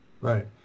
Right